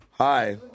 Hi